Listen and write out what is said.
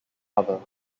cover